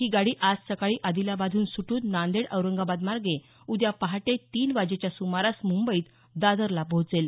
ही गाडी आज सकाळी आदिलाबादहून सुटून नांदेड औरंगाबाद मार्गे उद्या पहाटे तीन वाजेच्या सुमारास मुंबईत दादरला पोहोचेल